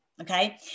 Okay